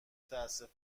متاسف